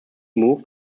move